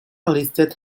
listed